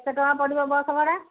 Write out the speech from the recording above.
କେତେ ଟଙ୍କା ପଡ଼ିବ ବସ ଭଡ଼ା